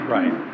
Right